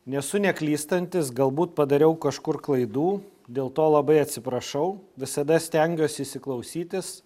nesu neklystantis galbūt padariau kažkur klaidų dėl to labai atsiprašau visada stengiuosi įsiklausytis